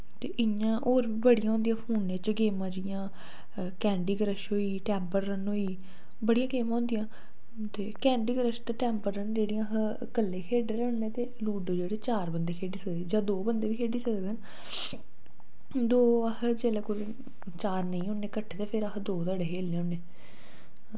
ते इयां होर बी बड़ियां होंदियां फोनै च गेमां जियां कैन्डी क्रश होई टैम्पल रन होई बड़ियां गेमां होंदियां ते कैन्डी क्रश ते टैम्पल रन जेह्ड़ियां कल्ले खेढने होन्न ते लूड्डो जेह्ड़ी चार बंदे खेढ़ी सकदे जां दो बंदे बी खेढ़ी सकदे न दो अस जेल्लै कोई चार नेईं होन्ने कट्ठे ते फ्ही अस दो धड़े खेलने होन्ने